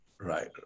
Right